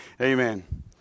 Amen